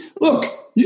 Look